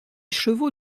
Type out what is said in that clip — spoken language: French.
chevaux